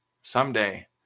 someday